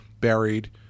buried